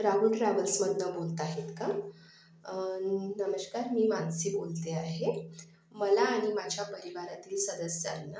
राहुल ट्रॅव्हल्समधून बोलत आहेत का नमस्कार मी मानसी बोलते आहे मला आणि माझ्या परिवारातील सदस्यांना